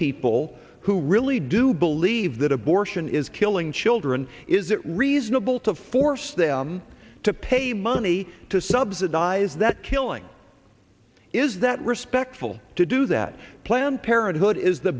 people who really do believe that abortion is killing children is it reasonable to force them to pay money to subsidize that killing is that respectful to do that planned parenthood is the